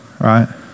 Right